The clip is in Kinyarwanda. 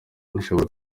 ushobora